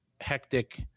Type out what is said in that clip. hectic